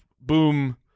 boom